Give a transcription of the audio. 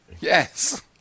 Yes